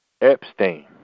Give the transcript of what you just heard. Epstein